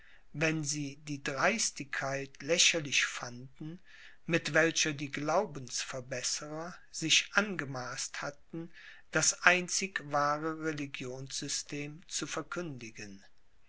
wenn sie die dreistigkeit lächerlich fanden mit welcher die glaubensverbesserer sich angemaßt hatten das einzig wahre religionssystem zu verkündigen